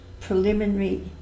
preliminary